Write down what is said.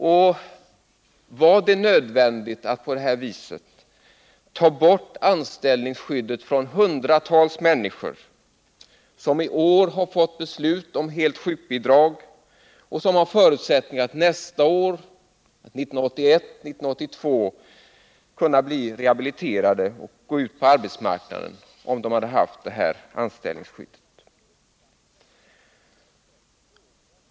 Och var det nödvändigt att på detta vis ta bort anställningsskyddet för hundratals människor, som i år har fått helt sjukbidrag och som har förutsättningar att bli rehabiliterade nästa år, 1981 eller 1982? De skulle då kunna gå ut på arbetsmarknaden, om detta anställningsskydd fanns.